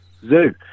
Zoo